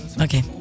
Okay